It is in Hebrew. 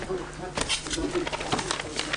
הישיבה ננעלה בשעה 13:50.